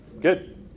Good